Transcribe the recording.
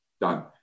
done